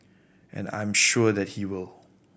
and I am sure that he will